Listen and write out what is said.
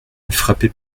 frappé